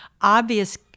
obvious